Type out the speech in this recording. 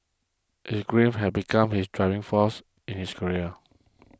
his grief had become his driving force in his career